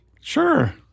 Sure